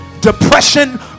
Depression